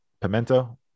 Pimento